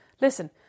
listen